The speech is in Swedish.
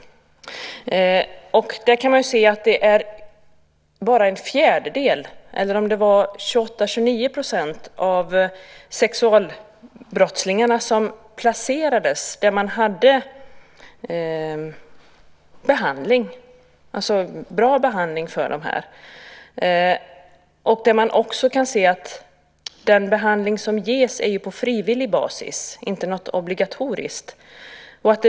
Det är bara en fjärdedel eller 28-29 % av sexualbrottslingarna som placeras där man kan ge dem en bra behandling. Dessutom sker den behandling som kan ges på frivillig basis och är inte obligatorisk.